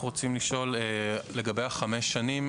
אנחנו רוצים לשאול לגבי החמש שנים,